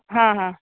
हां आं